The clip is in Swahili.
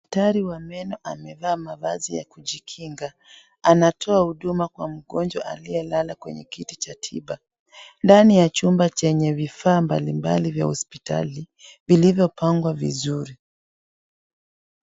Daktari wa meno amevaa mavazi ya kujikinga. Anatoa huduma kwa mgonjwa aliyelala kwenye kiti cha tiba, ndani ya chumba chenye vifaa mbalimbali vya hospitali vilivyopangwa vizuri.